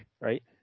right